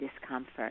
discomfort